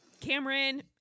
Cameron